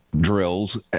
drills